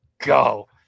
go